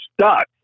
stuck